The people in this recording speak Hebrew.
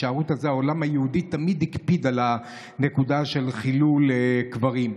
העולם היהודי תמיד הקפיד על הנקודה של חילול קברים.